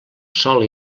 sòl